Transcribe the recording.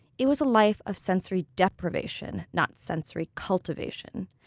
it was a life of sensory deprivation, not sensory cultivation,